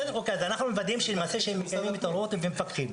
אנחנו מוודאים שהם מקיימים את ההוראות והם מפקחים.